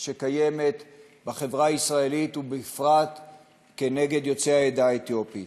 שקיימת בחברה הישראלית ובפרט כנגד יוצאי העדה האתיופית,